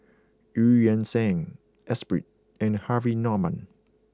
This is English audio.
Eu Yan Sang Espirit and Harvey Norman